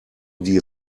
die